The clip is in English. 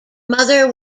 mother